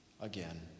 Again